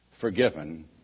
forgiven